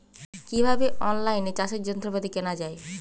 কিভাবে অন লাইনে চাষের যন্ত্রপাতি কেনা য়ায়?